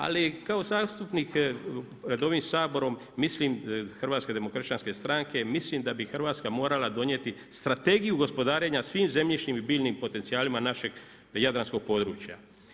Ali kao zastupnik pred ovim Saborom mislim, Hrvatske demokršćanske stranke mislim da bi Hrvatska morala donijeti Strategiju gospodarenja svim zemljišnim i biljnim potencijalima našeg jadranskog područja.